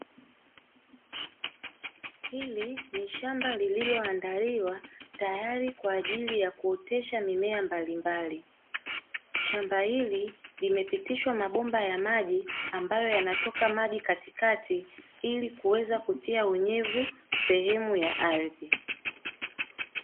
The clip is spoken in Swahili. Hili ni shamba lililoandaliwa tayari kwa ajili ya kuotesha mimea mbalimbali. Shamba hili limepitishwa mabomba ya maji ambayo yanatoka maji katikati ili kuweza kutia unyevu sehemu ya ardhi.